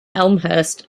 elmhurst